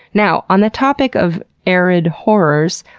now on the topic of arid horrors,